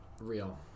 real